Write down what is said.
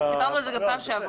דיברנו על זה גם בפעם הקודמת.